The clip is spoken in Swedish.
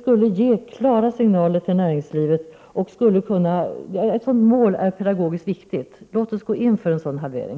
skulle ge klara signaler till näringslivet. Ett sådant mål är pedagogiskt riktigt. Låt oss gå in för en sådan halvering!